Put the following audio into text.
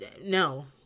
no